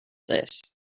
this